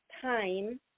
time